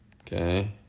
Okay